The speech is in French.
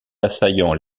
assaillants